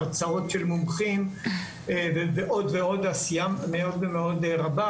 הרצאות של מומחים ועוד עשייה מאוד רבה.